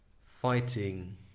fighting